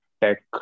tech